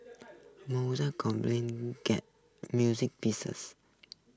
Mozart music pieces